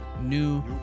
New